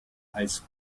als